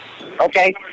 Okay